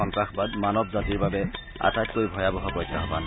সন্ত্ৰাসবাদ মানৱ জাতিৰ বাবে আটাইতকৈ ভয়াৱহ প্ৰত্যাহ্বান